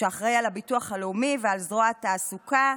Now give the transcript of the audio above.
שאחראי לביטוח הלאומי ולזרוע התעסוקה,